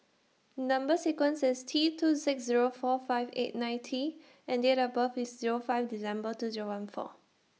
Number sequence IS T two six Zero four five eight nine T and Date of birth IS Zero five December two Zero one four